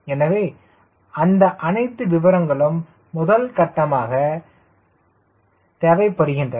எனவே அந்த அனைத்து விவரங்களும் முதல் கட்டமாக தேவைப்படுகின்றன